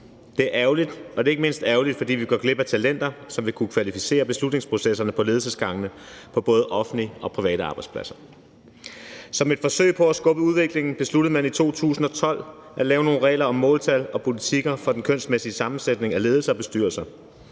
Det er ærgerligt, og det er ikke mindst ærgerligt, fordi vi går glip af talenter, som ville kunne kvalificere beslutningsprocesserne på ledelsesgangene på både offentlige og private arbejdspladser. Som et forsøg på at skubbe på udviklingen besluttede man i 2012 at lave nogle regler om måltal og politikker for den kønsmæssige sammensætning af ledelser og bestyrelser.